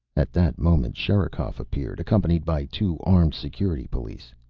at that moment sherikov appeared, accompanied by two armed security police.